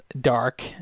dark